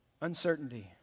Uncertainty